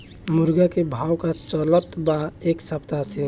मुर्गा के भाव का चलत बा एक सप्ताह से?